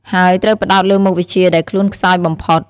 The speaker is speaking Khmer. ហើយត្រូវផ្តោតលើមុខវិជ្ជាដែលខ្លួនខ្សោយបំផុត។